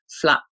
flat